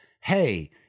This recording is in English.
Hey